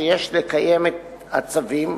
שיש לקיים את הצווים,